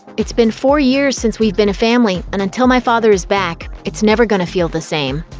it's been four years since we've been a family, and until my father is back, it's never gonna feel the same.